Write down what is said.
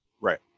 Right